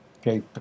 Okay